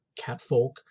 catfolk